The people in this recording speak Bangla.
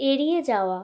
এড়িয়ে যাওয়া